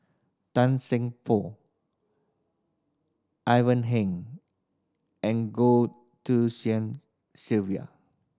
Tan Seng Poh Ivan Heng and Goh Sylvia